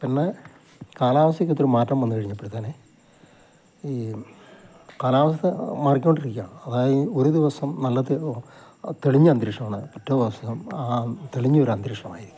പിന്നെ കാലാവസ്ഥയ്ക്കിത്തിരി മാറ്റം വന്നു കഴിഞ്ഞപ്പോഴത്തേക്ക് ഈ കാലാവസ്ഥ മാറിക്കോണ്ടിരിക്കുകയാണ് അതായി ഒരു ദിവസം നല്ലത് തെളിഞ്ഞ അന്തരീക്ഷമാണ് പിറ്റേ ദിവസം ആ തെളിഞ്ഞ ഒരന്തരീക്ഷമായിരിക്കും